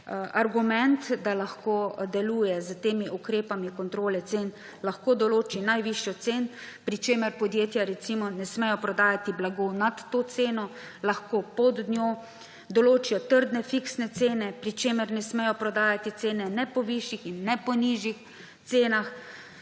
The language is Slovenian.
argument, da lahko deluje s temi ukrepi kontrole cen, lahko določi najvišjo ceno, pri čemer podjetja, recimo, ne smejo prodajati blaga nad to ceno, lahko pod njo. Določijo trdne, fiksne cene, pri čemer ne smejo prodajati ne po višjih in ne po nižjih cenah.